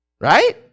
Right